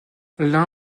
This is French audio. l’un